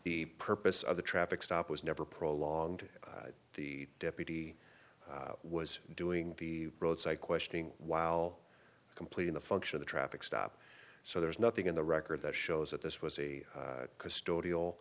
the purpose of the traffic stop was never prolonged the deputy was doing the roadside questioning while completing the function of the traffic stop so there's nothing in the record that shows that this was a custodial